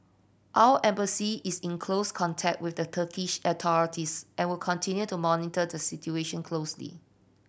our Embassy is in close contact with the Turkish authorities and will continue to monitor the situation closely